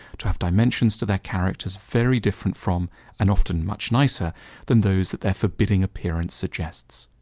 to have dimensions to their characters very different from and often much nicer than those that their forbidding appearance suggests.